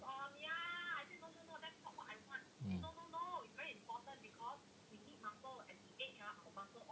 mm